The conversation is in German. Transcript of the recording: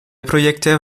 projekte